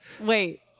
Wait